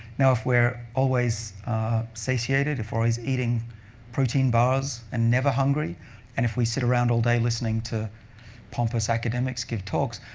now, if we're always satiated, if we're always eating protein bars and never hungry and if we sit around all day listening to pompous academics give talks,